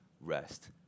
rest